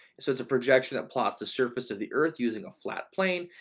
so it's a projection that plots the surface of the earth using a flat plane.